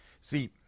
see